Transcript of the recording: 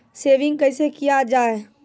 Saving कैसै किया जाय?